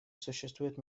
существуют